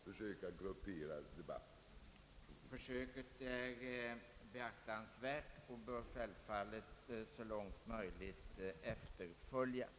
Försöket är beaktansvärt och bör självfallet så långt möjligt respekteras.